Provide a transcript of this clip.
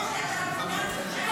בניגוד לייעוץ המשפטי?